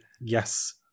yes